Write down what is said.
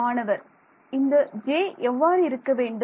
மாணவர் இந்த j எவ்வாறு இருக்க வேண்டும்